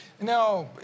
Now